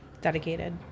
Dedicated